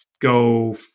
go